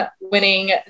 winning